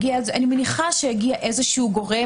אני מניחה שהגיע איזשהו גורם,